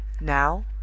Now